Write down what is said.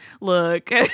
look